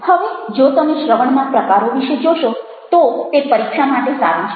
હવે જો તમે શ્રવણના પ્રકારો વિશે જોશો તો તે પરીક્ષા માટે સારું છે